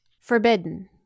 Forbidden